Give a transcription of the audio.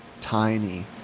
tiny